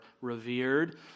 revered